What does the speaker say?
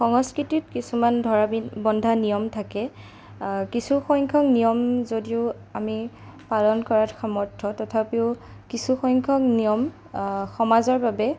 সংস্কৃতিত কিছুমান ধৰা বন্ধা নিয়ম থাকে কিছুসংখ্যক নিয়ম যদিও আমি পালন কৰাত সমৰ্থ তথাপিও কিছুসংখ্যক নিয়ম সমাজৰ বাবে